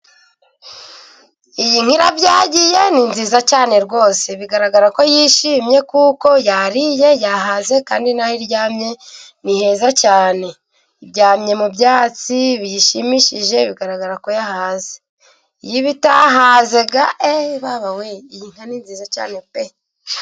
Iyi nka nyibyagiye ni nziza cyane rwose bigaragara ko yishimye kuko yariye yahaze kandi naho iryamye ni heza cyane. Iryamye mu byatsi biyishimishije bigaragara ko yahaze. Iyo iba itahaze yebabawee! Iyi nka ni nziza cyane pe!